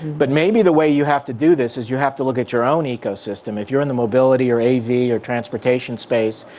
but maybe the way you have to do this is you have to look at your own ecosystem. if you're in the mobility or av or transportation space,